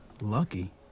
Lucky